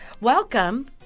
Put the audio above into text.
Welcome